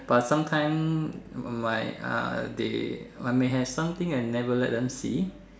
but sometime my uh I they I may have something I never let them see